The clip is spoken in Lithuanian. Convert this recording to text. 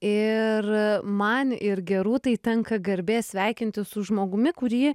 ir man ir gerūtai tenka garbė sveikintis su žmogumi kurį